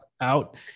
out